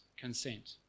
consent